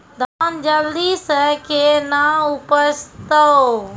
धान जल्दी से के ना उपज तो?